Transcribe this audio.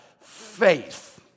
faith